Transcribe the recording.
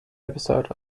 episode